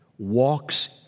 walks